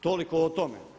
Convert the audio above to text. Toliko o tome.